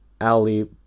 Ali